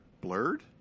blurred